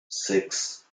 sechs